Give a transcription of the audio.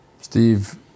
Steve